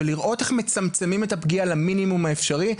ולראות איך מצמצמים את הפגיעה למינימום האפשרי.